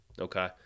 Okay